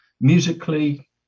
musically